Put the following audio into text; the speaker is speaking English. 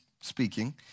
speaking